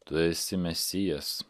tu esi mesijas